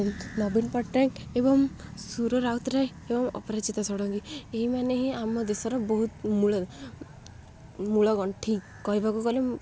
ନବୀନ ପଟ୍ଟନାୟକ ଏବଂ ସୁର ରାଉତରାୟ ଏବଂ ଅପରାଜିତା ଷଡ଼ଙ୍ଗୀ ଏହିମାନେ ହିଁ ଆମ ଦେଶର ବହୁତ ମୂଳ ମୂଳଗଣ୍ଠି କହିବାକୁ ଗଲେ